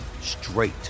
straight